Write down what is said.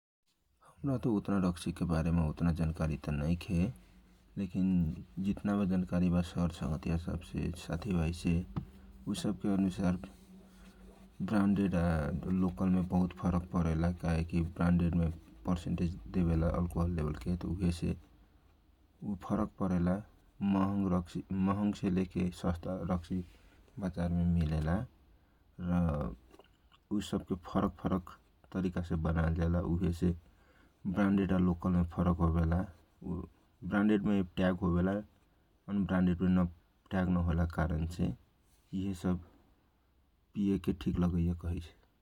हमरा त उताना रकछी के बारे में उतना त जानकारी नैखे लेखिन जितनाबा जानकारी बा सेरसङगतीय सब छे साथीभहिसे उसब के अनुसार ब्रान्डेड आ लोकल में बहुत फरक परेला काहे की ब्रानडेड मा % देवेला अलकोहल लेवलके त उहेसे उ फरक परेला महंग से ले के सास्त । रक्छी बाजारमे मिलेला र उसबके फरक फरक तरिका छे बनाए जाला उहेसे बान्डेड आलोकल में फरक हो बेला बानडेड मे ट्याग होवेला अनब्रान्डेड ट्याग नहोवेला के कारनछे यिहे सब पिए के ठीक लागेला ।